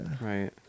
Right